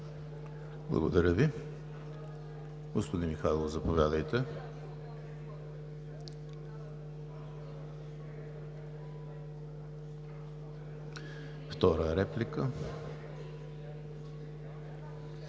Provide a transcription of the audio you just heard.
Благодаря Ви. Господин Михайлов, заповядайте – втора реплика.